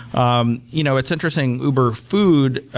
um you know it's interesting, uber food